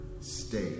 stay